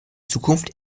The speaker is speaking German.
zukunft